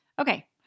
Okay